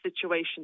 situation